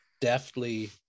deftly